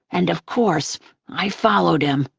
and of course i followed him.